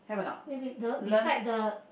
wait wait the beside the